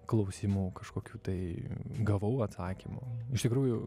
klausimų kažkokių tai gavau atsakymų iš tikrųjų